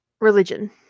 Religion